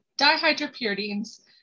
Dihydropyridines